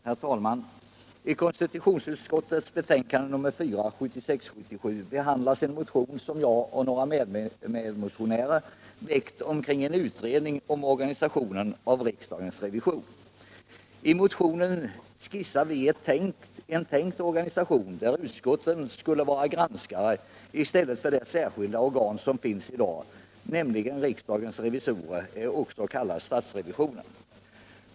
Herr talman! I konstitutionsutskottets betänkande 1976/77:4 behandlas en motion som jag och några medmotionärer har väckt om en utredning om organisationen av riksdagens revision. I motionen skisserar vi en tänkt organisation, där utskotten skulle vara granskare i stället för det särskilda organ som finns i dag, nämligen riksdagens revisorer, också kallat statsrevisionen.